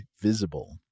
Visible